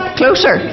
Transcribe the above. closer